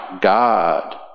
God